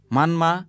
Manma